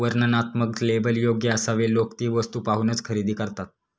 वर्णनात्मक लेबल योग्य असावे लोक ती वस्तू पाहूनच खरेदी करतात